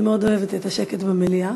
אני מאוד אוהבת את השקט במליאה,